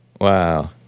Wow